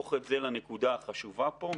להפוך את זה לנקודה החשובה פה.